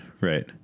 right